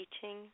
teaching